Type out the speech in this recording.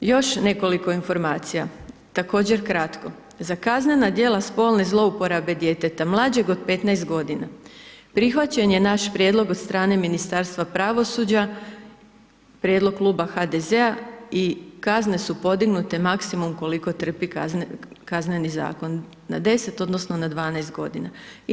Još nekoliko informacija, također kratko, za kaznena djela spolne zlouporabe djeteta mlađeg od 15 godina prihvaćen je naš prijedlog od strane Ministarstva pravosuđa, prijedlog Kluba HDZ-a i kazne su podignute maksimum koliko trpi Kazneni zakon, na 10 odnosno na 12 godina.